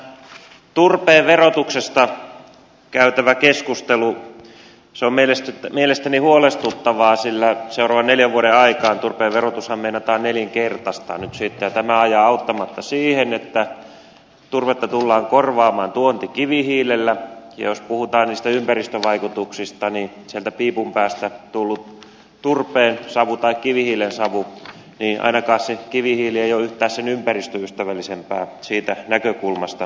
tämä turpeen verotuksesta käytävä keskustelu on mielestäni huolestuttavaa sillä seuraavan neljän vuoden aikana turpeen verotushan meinataan nelinkertaistaa nyt sitten ja tämä ajaa auttamatta siihen että turvetta tullaan korvaamaan tuontikivihiilellä ja jos puhutaan ympäristövaikutuksista sieltä piipun päästä tulevan turpeen savu tai kivihiilen savu niin ainakaan se kivihiili ei ole yhtään sen ympäristöystävällisempää siitä näkökulmasta katsottuna